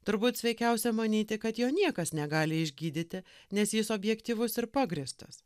turbūt sveikiausia manyti kad jo niekas negali išgydyti nes jis objektyvus ir pagrįstas